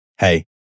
Hey